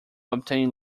obtain